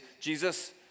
Jesus